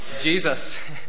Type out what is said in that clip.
Jesus